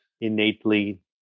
innately